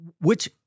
which-